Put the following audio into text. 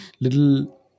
little